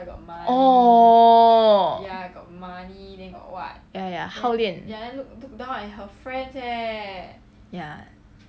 oh ya ya hao lian ya